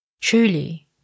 Truly